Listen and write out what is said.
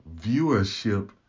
viewership